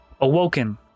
awoken